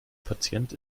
patient